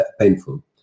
painful